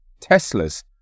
Teslas